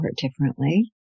differently